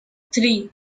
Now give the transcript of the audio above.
three